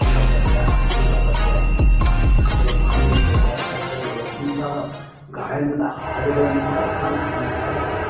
ಕಂದಪದ್ಯ ಸೀಸಪದ್ಯ ಮತ್ತು ಭಾಮಿನಿಪದ್ಯ ಷಡ್ಪದಿಗಳು ಮುಂತಾದ ಗಾಯನದ ಹಾಡುಗಳನ್ನು ಕೂಡ ನಾವು ಗಮನಿಸ್ತಾ ಹೋಗ್ತೀವಿ